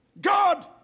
God